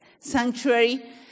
sanctuary